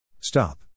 Stop